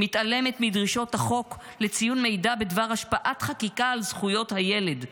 מתעלמת מדרישות החוק לציון מידע בדבר השפעת חקיקה על זכויות הילד,